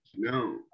No